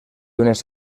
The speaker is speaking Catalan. unes